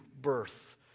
birth